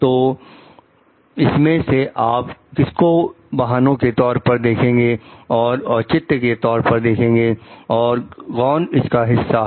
तो इनमें से आप किसको वाहनों के तौर पर देखेंगे और औचित्य के तौर पर देखेंगे और कौन इसका हिस्सा है